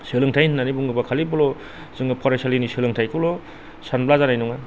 सोलोंथाइ होन्नानै बुङोबा खालिबोल' जोङो फरायसालिनि सोलोंथाइखौल' सानब्ला जानाय नङा